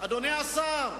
אדוני השר.